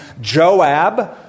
Joab